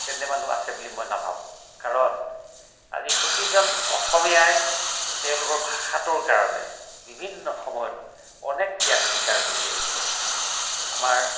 তেনে মানুহ আছে বুলি মই নাভাবোঁ কাৰণ আজি প্ৰতিজন অসমীয়াই তেওঁলোকৰ ভাষাটোৰ কাৰণে বিভিন্ন সময়ত অনেক ত্যাগ স্বীকাৰ কৰি আহিছে আমাৰ